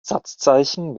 satzzeichen